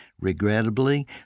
Regrettably